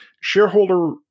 shareholder